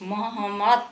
Muhammad